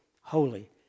holy